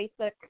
Facebook